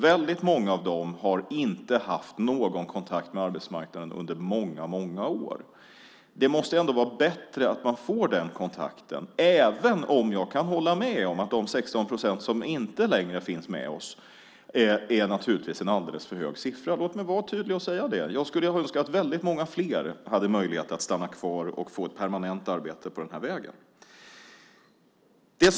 Väldigt många av dem har inte haft någon kontakt med arbetsmarknaden under många, många år. Det måste ändå vara bättre att man får den kontakten, även om jag kan hålla med om att 16 procent som inte längre finns kvar på arbetsmarknaden naturligtvis är en alldeles för hög siffra. Låt mig vara tydlig och säga att jag skulle önska att väldigt många fler hade möjlighet att stanna kvar och få ett permanent arbete på det här sättet.